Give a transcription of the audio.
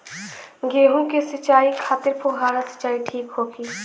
गेहूँ के सिंचाई खातिर फुहारा सिंचाई ठीक होखि?